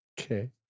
okay